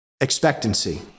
expectancy